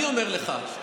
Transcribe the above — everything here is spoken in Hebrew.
אני אומר לך,